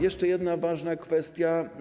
Jeszcze jedna ważna kwestia.